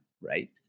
right